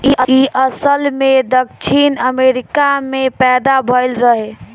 इ असल में दक्षिण अमेरिका में पैदा भइल रहे